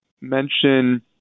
mention